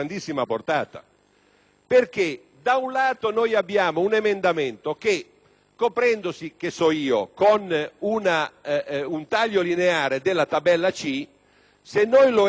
da un lato, abbiamo un emendamento che coprendosi, ad esempio, con un taglio lineare della tabella C, se lo esaminassimo